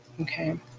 Okay